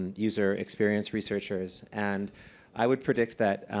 user experience researchers, and i would predict that